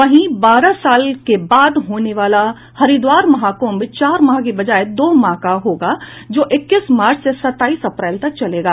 वहीं बारह साल के बाद होने वाला हरिद्वार महाकुंभ चार माह के बजाय दो माह का होगा जो इक्कीस मार्च से सत्ताईस अप्रैल तक चलेगा